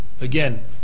again